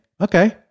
okay